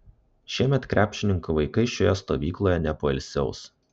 šiemet krepšininko vaikai šioje stovykloje nepoilsiaus